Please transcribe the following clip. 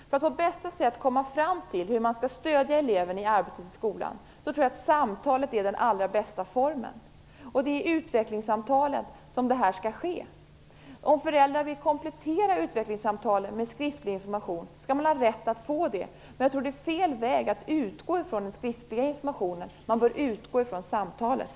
För att på bästa sätt komma fram till hur man skall stödja eleven i arbetet i skolan är samtalet den allra bästa formen. Det är vid utvecklingssamtalen som detta skall ske. Om föräldrar vill komplettera utvecklingssamtalen med en skriftlig information skall de ha rätt att få det. Men jag tror att det är fel väg att utgå ifrån den skriftliga informationen. Man bör utgå ifrån samtalen.